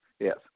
Yes